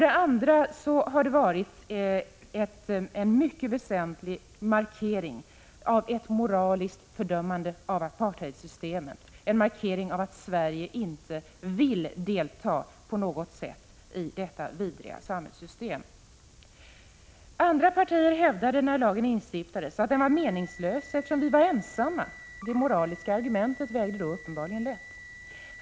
Ett annat mycket väsentligt syfte har varit att göra en markering av ett moraliskt fördömande av apartheidsystemet, en markering av att Sverige inte på något sätt vill bidra till vidmakthållande av detta vidriga samhällssystem. Andra partier hävdade, när lagen på folkpartiets initiativ instiftades, att den var meningslös, eftersom Sverige stod ensamt. Det moraliska argumentet vägde då uppenbarligen lätt.